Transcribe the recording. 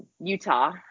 Utah